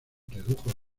redujo